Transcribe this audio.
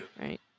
right